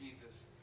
Jesus